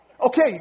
Okay